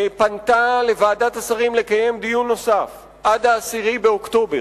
פנתה לוועדת השרים בבקשה לקיים דיון נוסף עד 10 באוקטובר,